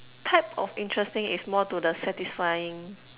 type of interesting is more to the satisfying